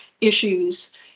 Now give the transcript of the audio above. issues